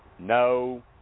no